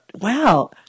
wow